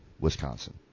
Wisconsin